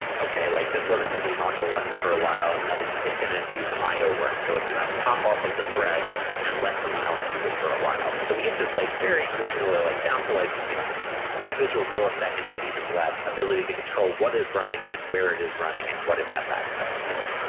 okay. like this webassembly module runs for a while and then it's it's going to do some io work. so it's going to pop off of the thread and let someone else use it for a while. so we get the site like very granular, like down to like you know individual milliseconds and even less ability to control what is running and where it is running and what it has access to.